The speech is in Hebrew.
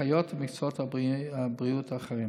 האחיות ומקצועות הבריאות האחרים.